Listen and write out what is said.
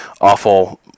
awful